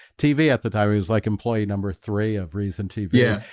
tv at the time he was like employee number three of reason tv. yeah